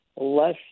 less